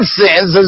sins